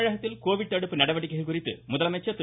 தமிழகத்தில் கோவிட் தடுப்பு நடவடிக்கைகள் குறித்து முதலமைச்சர் திரு